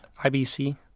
ibc